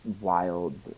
wild